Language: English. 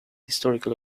historical